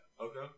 Okay